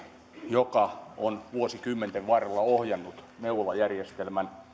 joka on vuosikymmenten varrella ohjannut neuvolajärjestelmän